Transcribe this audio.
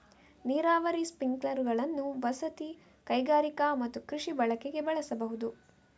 ನೀರಾವರಿ ಸ್ಪ್ರಿಂಕ್ಲರುಗಳನ್ನು ವಸತಿ, ಕೈಗಾರಿಕಾ ಮತ್ತು ಕೃಷಿ ಬಳಕೆಗೆ ಬಳಸಬಹುದು